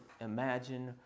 imagine